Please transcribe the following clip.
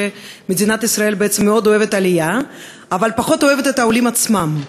שמדינת ישראל מאוד אוהבת עלייה אבל פחות אוהבת את העולים עצמם.